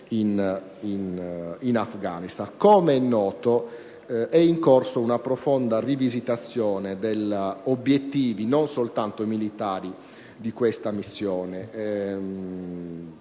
come è noto, è in corso una profonda rivisitazione degli obiettivi, non solo militari, di questa missione.